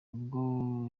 ubwo